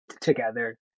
together